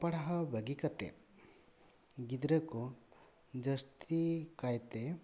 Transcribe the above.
ᱚᱞ ᱯᱟᱲᱦᱟᱣ ᱵᱟᱹᱜᱤ ᱠᱟᱛᱮᱫ ᱜᱤᱫᱽᱨᱟᱹ ᱠᱚ ᱡᱟᱹᱥᱛᱤ ᱠᱟᱭᱛᱮ